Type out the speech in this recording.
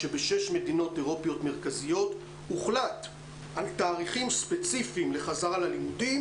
בשש מדינות אירופיות מרכזיות הוחלט על תאריכים ספציפיים לחזרה ללימודים,